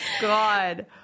God